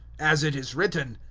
as it is written,